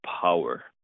power